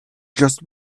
just